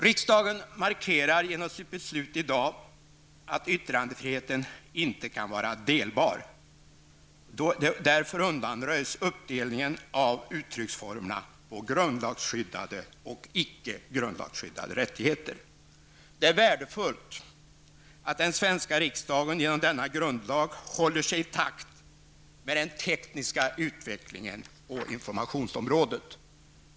Riksdagen markerar genom sitt beslut i dag att yttrandefriheten inte kan vara delbar. Därför undanröjs uppdelningen av uttrycksformerna på grundlagsskyddade och icke grundlagsskyddade rättigheter. Det är värdefullt att den svenska riksdagen genom denna grundlag håller takt med den tekniska utvecklingen på informationsområdet.